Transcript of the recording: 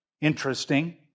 interesting